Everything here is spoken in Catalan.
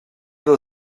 del